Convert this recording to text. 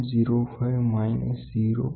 05 minus 0